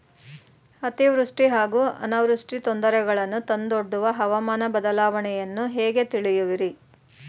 ಅತಿವೃಷ್ಟಿ ಹಾಗೂ ಅನಾವೃಷ್ಟಿ ತೊಂದರೆಗಳನ್ನು ತಂದೊಡ್ಡುವ ಹವಾಮಾನ ಬದಲಾವಣೆಯನ್ನು ಹೇಗೆ ತಿಳಿಯುವಿರಿ?